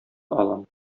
алам